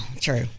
True